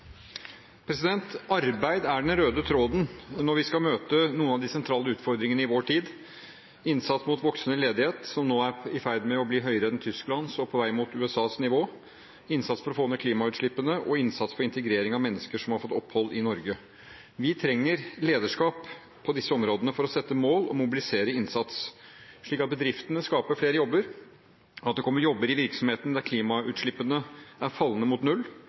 Støre. Arbeid er den røde tråden når vi skal møte noen av de sentrale utfordringene i vår tid – innsats mot voksende ledighet, som nå er i ferd med å bli høyere enn i Tyskland og på vei mot USAs nivå, innsats for å få ned klimautslippene og innsats for integrering av mennesker som har fått opphold i Norge. Vi trenger lederskap på disse områdene for å sette mål og mobilisere innsats, slik at bedriftene skaper flere jobber, at det kommer jobber i virksomheter der klimautslippene er fallende mot null,